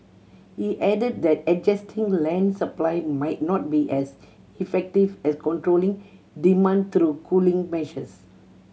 he added that adjusting land supply might not be as effective as controlling demand through cooling measures